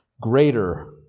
Greater